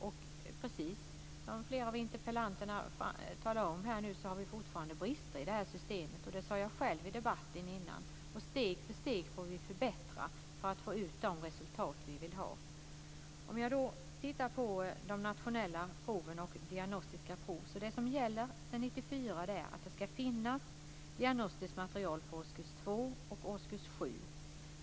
Precis som flera av interpellanterna talar om finns det fortfarande brister i systemet. Det sade jag själv i debatten innan. Steg för steg får vi förbättra för att få ut de resultat vi vill ha. Om jag tittar på de nationella proven och diagnostiska prov kan jag säga att det som gäller sedan 1994 är att det ska finnas diagnostiskt material för årskurs 2 och årskurs 7.